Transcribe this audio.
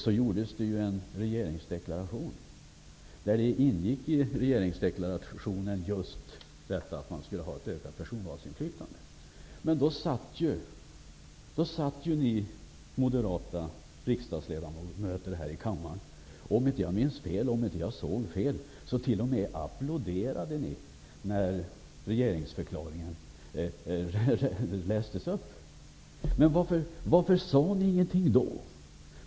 Då gjordes en regeringsdeklaration där det ingick att man skulle ha ett ökat personvalsinflytande. Då satt ni moderata riksdagsledamöter här i kammaren. Om jag inte minns fel och såg fel så t.o.m. applåderade ni när regeingsförklaringen lästes upp. Varför sa ni ingenting då?